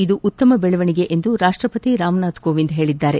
ಇದು ಉತ್ತಮ ಬೆಳವಣಿಗೆ ಎಂದು ರಾಷ್ಪಪತಿ ರಾಮನಾಥ್ ಕೋವಿಂದ್ ಹೇಳಿದ್ದಾರೆ